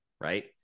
right